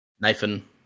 Nathan